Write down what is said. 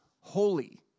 holy